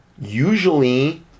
Usually